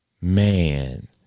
Man